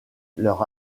leur